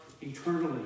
eternally